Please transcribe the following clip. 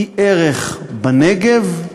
היא ערך בנגב,